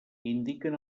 indiquen